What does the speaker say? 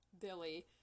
Billy